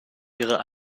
ihrer